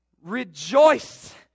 rejoice